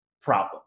problem